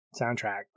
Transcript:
soundtrack